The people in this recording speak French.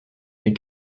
des